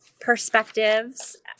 perspectives